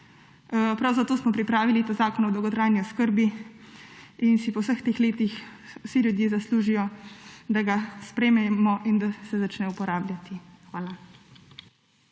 Prav zato smo pripravili ta zakon o dolgotrajni oskrbi in si po vseh teh letih vsi ljudje zaslužijo, da ga sprejmemo in da se začne uporabljati. Hvala.